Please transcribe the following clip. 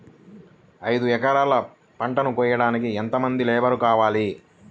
ఐదు ఎకరాల పంటను కోయడానికి యెంత మంది లేబరు కావాలి?